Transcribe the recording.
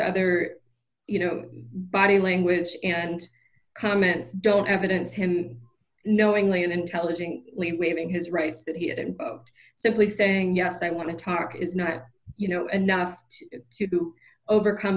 other you know body language and comments don't evidence him knowingly and intelligent waiving his rights that he is simply saying yes i want to talk is not you know enough to overcome